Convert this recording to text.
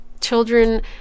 children